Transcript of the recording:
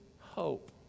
hope